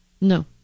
No